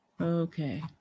Okay